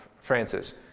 Francis